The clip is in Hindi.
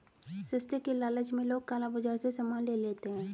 सस्ते के लालच में लोग काला बाजार से सामान ले लेते हैं